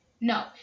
No